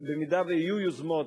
שבמידה שיהיו יוזמות,